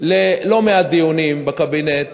ללא-מעט דיונים בקבינט